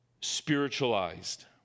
spiritualized